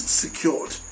secured